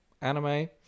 anime